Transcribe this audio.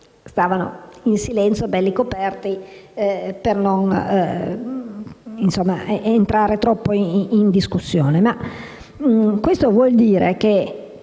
stavano in silenzio, belli coperti, per non entrare troppo in discussione.